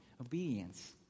obedience